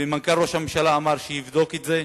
ומנכ"ל משרד ראש הממשלה אמר שיבדוק את זה,